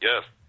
Yes